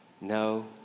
No